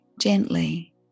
gently